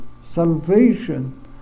salvation